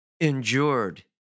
endured